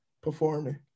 performing